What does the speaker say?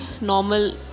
normal